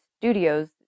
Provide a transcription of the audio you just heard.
studios